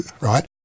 right